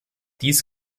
dies